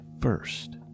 first